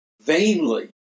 vainly